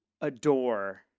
adore